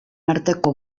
arteko